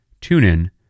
TuneIn